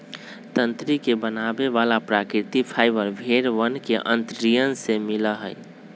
तंत्री के बनावे वाला प्राकृतिक फाइबर भेड़ वन के अंतड़ियन से मिला हई